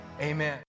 amen